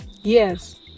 yes